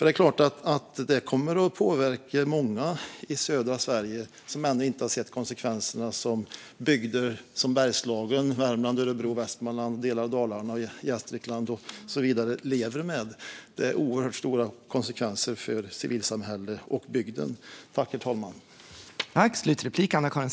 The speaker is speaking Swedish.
Det kommer förstås att påverka många i södra Sverige, som ännu inte har sett de konsekvenser som bygder som Bergslagen, Värmland, Örebro, Västmanland, delar av Dalarna, Gästrikland och så vidare lever med. Det är oerhört stora konsekvenser för civilsamhället och bygden.